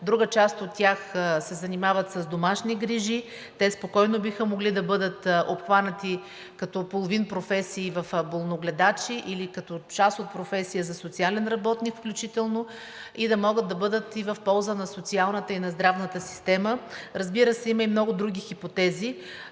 друга част от тях се занимават с домашни грижи. Те спокойно биха могли да бъдат обхванати като половин професии в болногледачи или като част от професия за социален работник включително и да могат да бъдат и в полза на социалната и на здравната система. Разбира се, има и много други хипотези.